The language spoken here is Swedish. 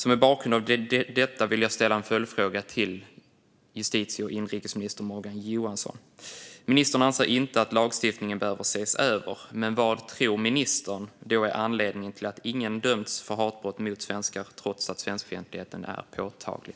Med bakgrund av detta vill jag ställa en följdfråga till justitie och inrikesminister Morgan Johansson: Ministern anser inte att lagstiftningen behöver ses över, men vad tror ministern då är anledningen till att ingen dömts för hatbrott mot svenskar, trots att svenskfientligheten är påtaglig?